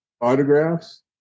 autographs